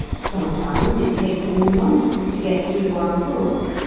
sometimes it takes me a month to get through one book.